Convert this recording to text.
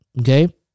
Okay